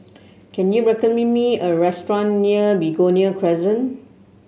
can you recommend me a restaurant near Begonia Crescent